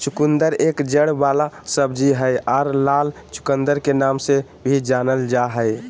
चुकंदर एक जड़ वाला सब्जी हय आर लाल चुकंदर के नाम से भी जानल जा हय